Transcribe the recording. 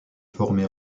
formé